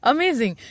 Amazing